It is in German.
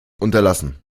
unterlassen